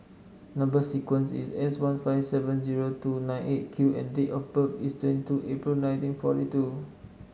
number sequence is S one five seven zero two nine Eight Q and date of birth is twenty two April nineteen forty two